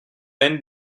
then